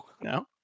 No